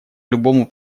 любому